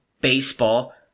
baseball